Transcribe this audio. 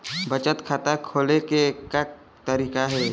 बचत खाता खोले के का तरीका हे?